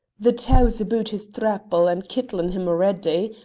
the tow's aboot his thrapple and kittlin' him already,